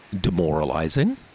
demoralizing